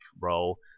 role